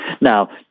Now